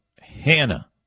hannah